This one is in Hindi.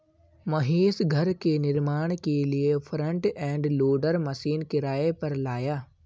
महेश घर के निर्माण के लिए फ्रंट एंड लोडर मशीन किराए पर लाया